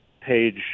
page